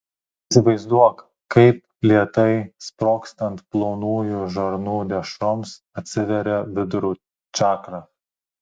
įsivaizduok kaip lėtai sprogstant plonųjų žarnų dešroms atsiveria vidurių čakra